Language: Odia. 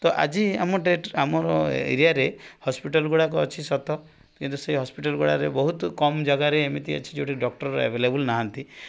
ତ ଆଜି ଆମ ଆମର ଏରିଆରେ ହସ୍ପିଟାଲ୍ଗୁଡ଼ାକ ଅଛି ସତ କିନ୍ତୁ ସେଇ ହସ୍ପିଟାଲ୍ଗୁଡ଼ାରେ ବହୁତ କମ୍ ଜାଗାରେ ଏମିତି ଅଛି ଯୋଉଠିକି ଡକ୍ଟର ଆଭେଲେବୁଲ୍ ନାହାଁନ୍ତି